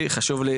את כל הכלים,